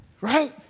Right